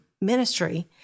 ministry